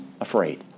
afraid